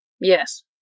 Yes